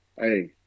hey